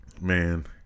man